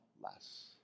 less